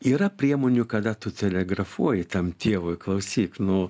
yra priemonių kada tu telegrafuoji tam tėvui klausyk nu